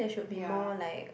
ya